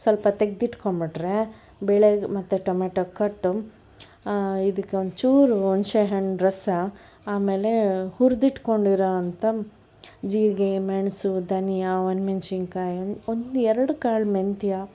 ಸ್ವಲ್ಪ ತೆಗೆದಿಟ್ಕೊಂಡ್ಬಿಟ್ರೆ ಬೇಳೆ ಮತ್ತೆ ಟೊಮೆಟೊ ಕಟ್ಟು ಇದ್ಕೆ ಒಂಚೂರು ಹುಣಸೇಹಣ್ಣು ರಸ ಆಮೇಲೆ ಹುರಿದಿಟ್ಕೊಂಡಿರೊಂಥ ಜೀರಿಗೆ ಮೆಣಸು ಧನಿಯಾ ಒಣ ಮೆಣ್ಸಿನ ಕಾಯಿ ಒಂದು ಎರಡು ಕಾಳು ಮೆಂತ್ಯ